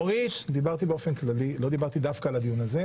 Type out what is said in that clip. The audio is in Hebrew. דיברתי באופן כללי, לאו דווקא על זה.